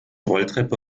rolltreppe